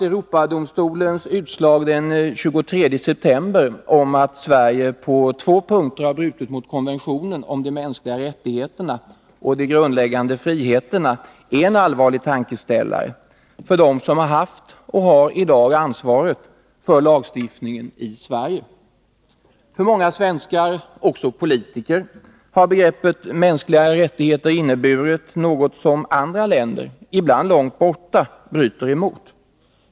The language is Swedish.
Europadomstolens utslag den 23 september om att Sverige på två punkter har brutit mot konventionen om de mänskliga rättigheterna och de grundläggande friheterna är en allvarlig tankeställare för dem som har haft och har ansvaret för lagstiftningen i Sverige. För många svenskar — också politiker — har begreppet ”mänskliga rättigheter” inneburit något som andra länder, ibland långt borta, bryter mot.